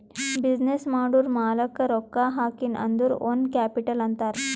business ಮಾಡೂರ್ ಮಾಲಾಕ್ಕೆ ರೊಕ್ಕಾ ಹಾಕಿನ್ ಅಂದುರ್ ಓನ್ ಕ್ಯಾಪಿಟಲ್ ಅಂತಾರ್